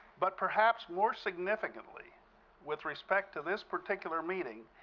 but perhaps more significantly with respect to this particular meeting,